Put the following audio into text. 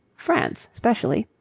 france, specially.